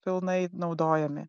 pilnai naudojami